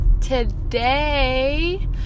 today